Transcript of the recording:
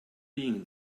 being